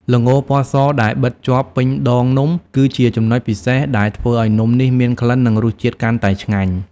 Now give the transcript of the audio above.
ល្ងរពណ៌សដែលបិតជាប់ពេញដងនំ គឺជាចំណុចពិសេសដែលធ្វើឲ្យនំនេះមានក្លិន និងរសជាតិកាន់តែឆ្ងាញ់។